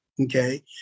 Okay